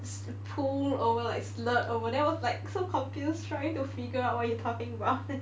pooled over like slurred over then I was like so confused trying to figure out what you talking about